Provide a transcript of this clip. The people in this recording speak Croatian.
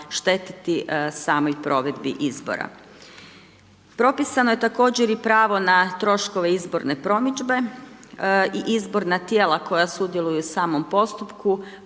štetiti samoj provedbi izbora. Propisano je također i pravo na troškove izborne promidžbe i izborna tijela koja sudjeluju u samom postupku